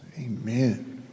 Amen